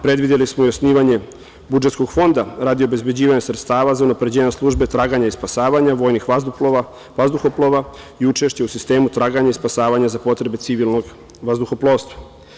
Predvideli smo i osnivanje budžetskog fonda radi obezbeđivanja sredstva za unapređivanje službe traganja i spasavanja, vojnih vazduhoplova i učešća u sistemu traganja i spasavanja za potrebe civilnog vazduhoplovstva.